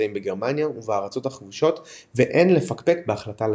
הנמצאים בגרמניה ובארצות הכבושות ואין לפקפק בהחלטה לגרשם".